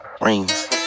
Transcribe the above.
rings